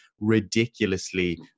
ridiculously